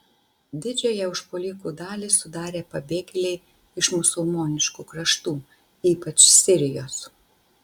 didžiąją užpuolikų dalį sudarė pabėgėliai iš musulmoniškų kraštų ypač sirijos